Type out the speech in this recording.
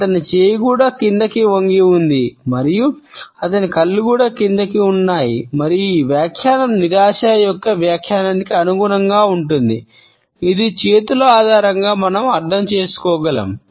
అతని చేయి కూడా క్రిందికి వంగి ఉంది మరియు అతని కళ్ళు కూడా క్రిందికి ఉన్నాయ మరియు ఈ వ్యాఖ్యానం నిరాశ యొక్క వ్యాఖ్యానానికి అనుగుణంగా ఉంటుంది ఇది చేతుల ఆధారంగా మనం అర్థం చేసుకోగలం